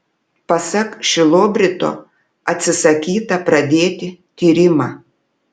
pasak šilobrito atsisakyta pradėti tyrimą